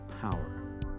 power